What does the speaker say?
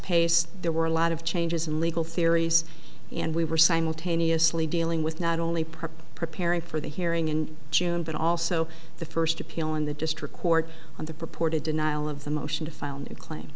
paced there were a lot of changes and legal theories and we were simultaneously dealing with not only purpose preparing for the hearing in june but also the first appeal in the district court on the purported denial of the motion to file a claim